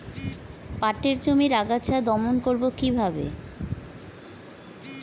পাটের জমির আগাছা দমন করবো কিভাবে?